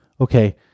okay